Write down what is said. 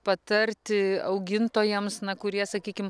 patarti augintojams kurie sakykim